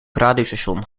radiostation